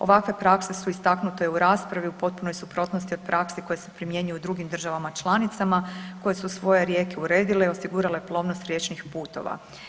Ovakve prakse su istaknute u raspravi u potpunoj suprotnosti od praksi koje se primjenjuju u drugim državama članicama koje su svoje rijeke uredile i osigurale plovnost riječnih putova.